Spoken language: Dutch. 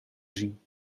zien